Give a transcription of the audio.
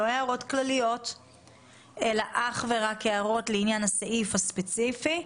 לא הערות כלליות אלא אך ורק הערות לעניין הסעיף הספציפי,